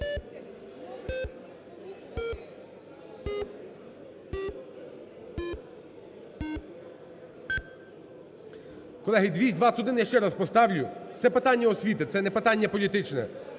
Колеги, 221. Я ще раз поставлю. Це питання освіти, це не питання політичне.